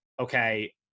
okay